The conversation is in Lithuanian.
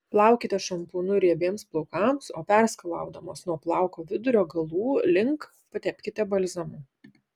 plaukite šampūnu riebiems plaukams o perskalaudamos nuo plauko vidurio galų link patepkite balzamu